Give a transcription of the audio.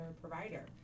provider